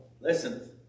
listen